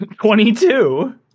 Twenty-two